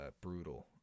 brutal